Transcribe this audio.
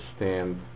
understand